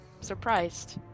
Surprised